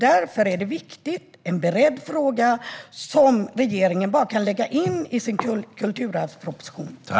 Därför är det viktigt med en beredd fråga som regeringen bara kan lägga in i sin kulturarvsproposition.